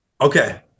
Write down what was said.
okay